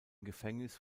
gefängnis